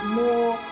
more